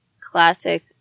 classic